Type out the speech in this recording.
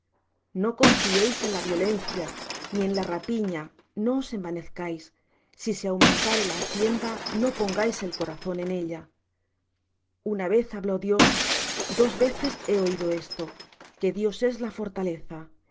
no confiéis en la violencia ni en la rapiña no os envanezcáis si se aumentare la hacienda no pongáis el corazón en ella una vez habló dios dos veces he oído esto que de dios es la fortaleza